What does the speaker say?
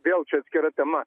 vėl čia atskira tema